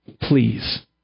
Please